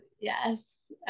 yes